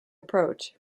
approach